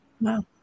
wow